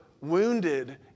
wounded